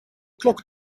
klok